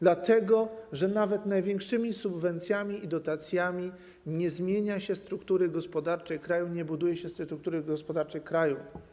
Dlatego że nawet największymi subwencjami i dotacjami nie zmienia się struktury gospodarczej kraju, nie buduje się struktury gospodarczej kraju.